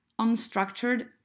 unstructured